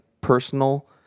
personal